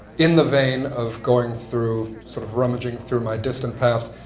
in the vein of going through, sort of rummaging through my distant past,